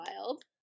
wild